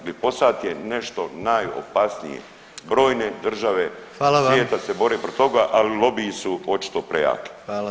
Glifosat je nešto najopasnije, brojne države svijeta se bore protiv toga, ali lobiji su očito prejaki.